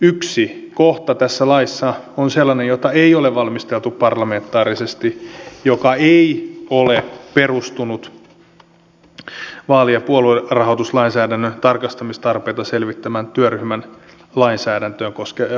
yksi kohta tässä laissa on sellainen jota ei ole valmisteltu parlamentaarisesti joka ei ole perustunut vaali ja puoluerahoituslainsäädännön tarkastamistarpeita selvittävän työryhmän lainsäädäntöä koskeviin ehdotuksiin